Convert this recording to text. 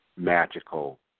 magical